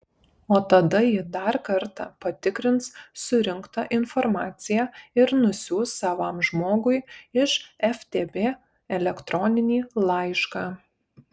o tada ji dar kartą patikrins surinktą informaciją ir nusiųs savam žmogui iš ftb elektroninį laišką